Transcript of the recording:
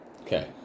Okay